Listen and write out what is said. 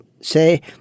say